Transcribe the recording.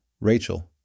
Rachel